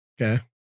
Okay